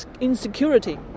insecurity